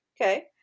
Okay